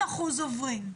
80% עוברים,